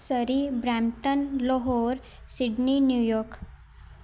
Surrey Brampton Lahore Sydney New York